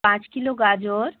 পাঁচ কিলো গাজর